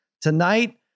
tonight